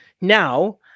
Now